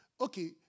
Okay